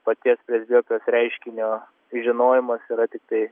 paties presbiopijos reiškinio žinojimas yra tiktai